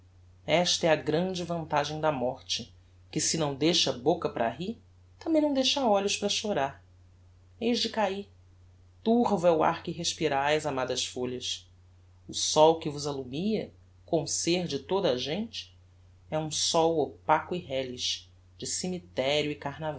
esta é a grande vantagem da morte que se não deixa boca para rir tambem não deixa olhos para chorar heis de cair turvo é o ar que respiraes amadas folhas o sol que vos allumia com ser de toda a gente é um sol opaco e reles de cemiterio e